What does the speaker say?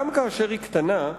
גם כאשר היא קטנה,